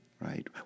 right